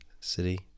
City